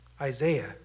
Isaiah